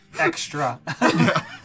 Extra